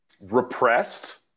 Repressed